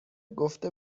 گفته